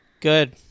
good